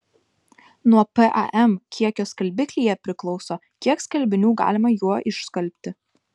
nuo pam kiekio skalbiklyje priklauso kiek skalbinių galima juo išskalbti